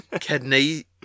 Kidney